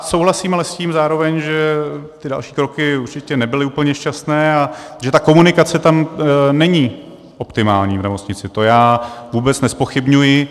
Souhlasím ale s tím zároveň, že ty další kroky určitě nebyly úplně šťastné a že ta komunikace tam není optimální, v nemocnici, to já vůbec nezpochybňuji.